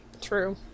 True